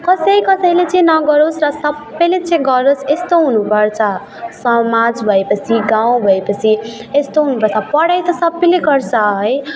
कसै कसैले चाहिँ नगरोस् र सबले चाहिँ गरोस् यस्तो हुनु पर्छ समाज भए पछि गाउँ भए पछि यस्तो हुनु पर्छ पढाइ त सबले गर्छ है